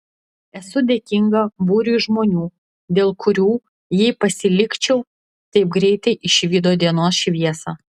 esu dėkinga būriui žmonių dėl kurių jei pasilikčiau taip greitai išvydo dienos šviesą